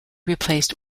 replaced